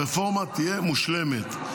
הרפורמה תהיה מושלמת.